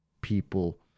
people